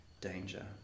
danger